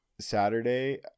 saturday